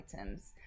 items